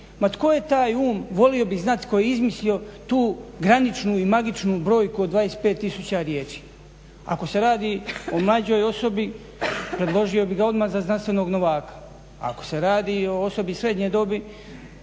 Ma tko je taj um, volio bih znati, tko je izmislio tu graničnu i magičnu brojku od 25 tisuća riječi? Ako se radi o mlađoj osobi predložio bih ga odmah za znanstvenog novaka, a ako se radi o osobi srednje dobi